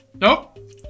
Nope